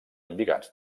embigats